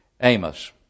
Amos